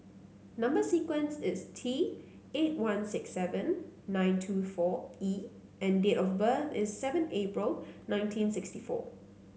number sequence is T eight one six seven nine two four E and date of birth is seven April nineteen sixty four